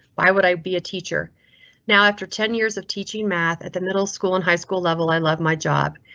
why would i be a teacher now after ten years of teaching math at the middle school and high school level? i love my job.